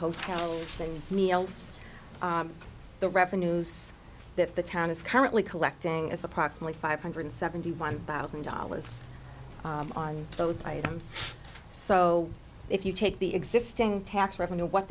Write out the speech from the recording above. else the revenues that the town is currently collecting is approximately five hundred seventy one thousand dollars on those items so if you take the existing tax revenue what